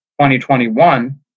2021